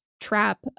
trap